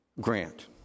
grant